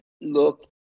look